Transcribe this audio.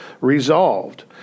resolved